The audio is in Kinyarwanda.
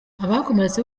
abakomeretse